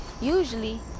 Usually